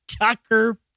Tucker